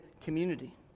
community